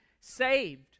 saved